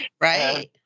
Right